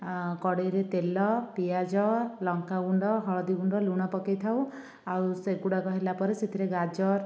କଢ଼େଇରେ ତେଲ ପିଆଜ ଲଙ୍କା ଗୁଣ୍ଡ ହଳଦୀ ଗୁଣ୍ଡ ଲୁଣ ପକେଇଥାଉ ଆଉ ସେଗୁଡ଼ାକ ହେଲାପରେ ସେଥିରେ ଗାଜର